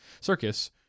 Circus